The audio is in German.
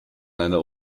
einer